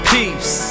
Peace